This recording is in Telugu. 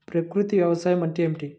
ప్రకృతి వ్యవసాయం అంటే ఏమిటి?